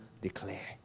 declare